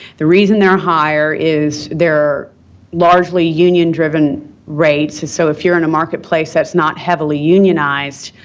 the reason they're higher is they're largely union-driven rates, so, if you're in a marketplace that's not heavily unionized,